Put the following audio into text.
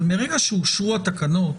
אבל מרגע שאושרו התקנות,